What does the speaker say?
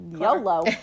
YOLO